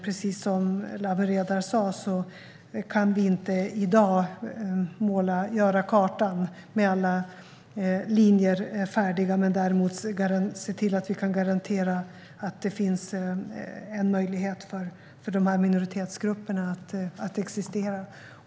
Precis som Lawen Redar sa kan vi inte i dag rita färdigt kartan med alla linjer, men vi kan garantera att det finns en möjlighet för dessa minoritetsgrupper att existera.